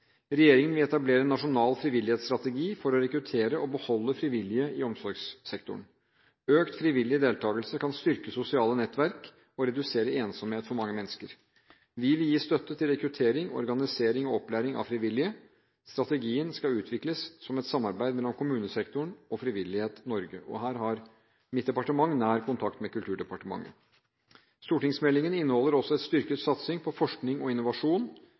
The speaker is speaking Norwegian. Regjeringen vil etablere en nasjonal frivillighetsstrategi for å rekruttere og beholde frivillige i omsorgssektoren. Økt frivillig deltakelse kan styrke sosiale nettverk og redusere ensomhet for mange mennesker. Vi vil gi støtte til rekruttering, organisering og opplæring av frivillige. Strategien skal utvikles som et samarbeid mellom kommunesektoren og Frivillighet Norge. Her har mitt departement nær kontakt med Kulturdepartementet. Stortingsmeldingen inneholder også en styrket satsing på forskning og innovasjon.